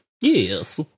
Yes